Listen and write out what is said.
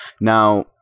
now